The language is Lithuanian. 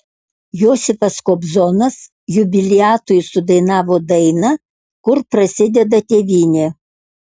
josifas kobzonas jubiliatui sudainavo dainą kur prasideda tėvynė